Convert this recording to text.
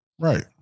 Right